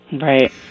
Right